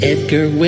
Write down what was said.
Edgar